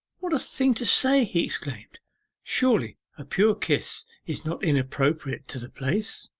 what a thing to say he exclaimed surely a pure kiss is not inappropriate to the place